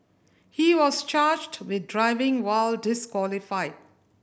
he was charged with driving while disqualified